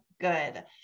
good